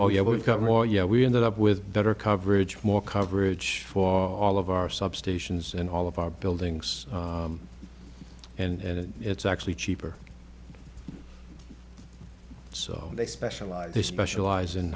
oh yeah we've got more yeah we ended up with better coverage more coverage for all of our substations and all of our buildings and it's actually cheaper so they specialize they specialize in